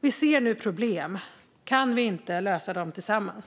Vi ser nu problem. Kan vi inte lösa dem tillsammans?